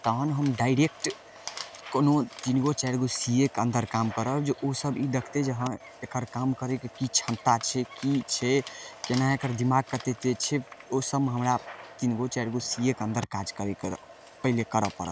तहन हम डायरेक्ट कोनो तीन गो चारि गो सी ए के अन्दर काम करब जे ओसब ई देखतै जे हँ एकर काम करैके की क्षमता छै की छै केना एकर दिमाग कते तेज छै ओइ सबमे हमरा तीन गो चारि गो सी ए के अन्दर काज करै कऽ पहिले करऽ पड़त